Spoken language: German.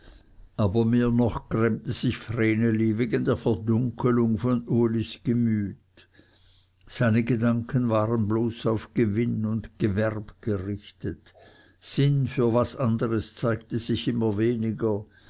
aber mehr noch grämte sich vreneli wegen der verdunklung von ulis gemüt seine gedanken waren bloß auf gewinn und gewerb gerichtet sinn für was anderes zeigte sich immer weniger